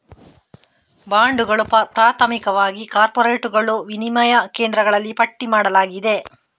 ಬಾಂಡುಗಳು, ಪ್ರಾಥಮಿಕವಾಗಿ ಕಾರ್ಪೊರೇಟುಗಳು, ವಿನಿಮಯ ಕೇಂದ್ರಗಳಲ್ಲಿ ಪಟ್ಟಿ ಮಾಡಲಾಗಿದೆ